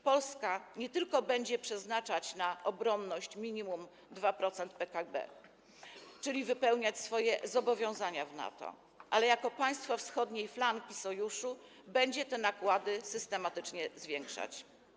Polska nie tylko będzie przeznaczać na obronność minimum 2% PKB, czyli wypełniać swoje zobowiązania w NATO, ale jako państwo wschodniej flanki Sojuszu będzie te nakłady systematycznie zwiększać.